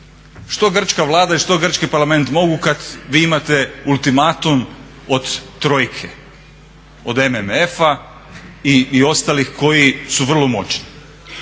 što grčka vlada i što grčki parlament mogu kada vi imate ultimatum od trojke od MMF i ostalih koji su vrlo moćni.